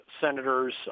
senators